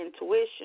intuition